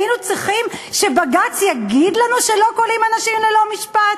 היינו צריכים שבג"ץ יגיד לנו שלא כולאים אנשים ללא משפט.